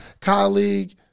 colleague